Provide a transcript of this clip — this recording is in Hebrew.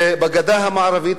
בגדה המערבית,